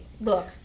look